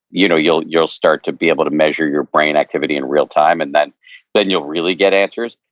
you know, you'll you'll start to be able to measure your brain activity in real time, and then then you'll really get answers,